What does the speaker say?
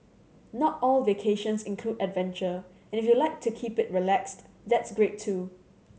not all vacations include adventure and if you like to keep it relaxed that's great too